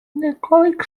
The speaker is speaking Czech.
několik